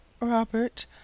Robert